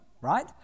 right